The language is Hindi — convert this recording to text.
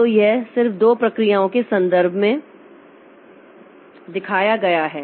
तो यह सिर्फ दो प्रक्रियाओं के संदर्भ में दिखाया गया है